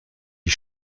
die